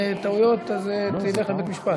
טעויות, אז תלך לבית-משפט.